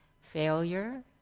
failure